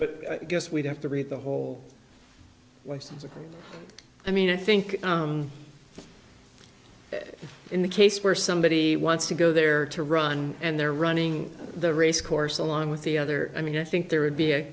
but i guess we have to read the whole question i mean i think in the case where somebody wants to go there to run and they're running the race course along with the other i mean i think there would be a